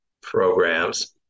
programs